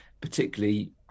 particularly